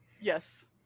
Yes